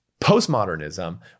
Postmodernism